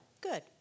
Good